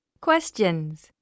Questions